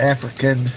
African